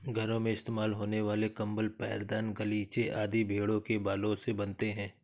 घरों में इस्तेमाल होने वाले कंबल पैरदान गलीचे आदि भेड़ों के बालों से बनते हैं